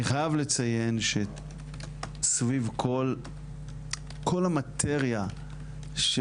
אני חייב לציין שסביב כל המטריה של